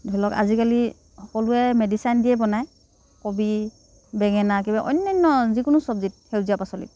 ধৰি লওক আজিকালি সকলোৱে মেডিচাইন দিয়ে বনায় কবি বেঙেনা কিবা অনান্য যিকোনো চব্জিত সেউজীয়া পাচলিত